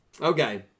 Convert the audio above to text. Okay